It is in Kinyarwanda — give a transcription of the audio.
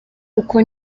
uko